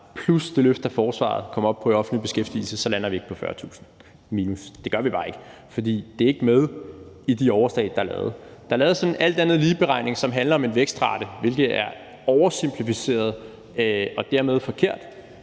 plus det løft af forsvaret kommer op på i offentlig beskæftigelse, så lander vi ikke på minus 40.000. Det gør vi bare ikke, for det er ikke med i de overslag, der er lavet. Der er lavet sådan en alt andet lige-beregning, som handler om en vækstrate, hvilket er oversimplificeret og dermed forkert.